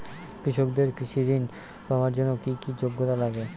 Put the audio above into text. কৃষকদের কৃষি ঋণ পাওয়ার জন্য কী কী যোগ্যতা লাগে?